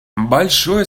большое